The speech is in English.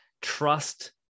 trust